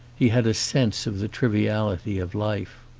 he had a sense of the triviality of life.